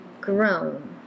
grown